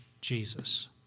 Jesus